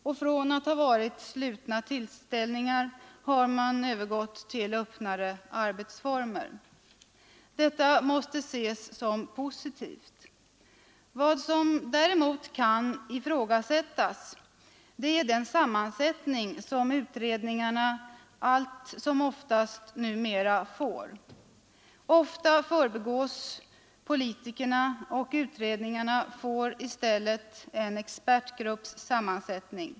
Man har övergått från slutna tillställningar till utredningar med öppnare arbetsfor mer. Detta måste ses som positivt. Vad som däremot kan ifrågasättas är den sammansättning som utredningarna allt som oftast numera får. Ofta förbigås politikerna, och utredningarna får i stället en expertgrupps sammansättning.